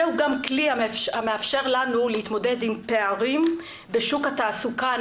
זהו גם כלי המאפשר לנו להתמודד עם פערים בשוק התעסוקה,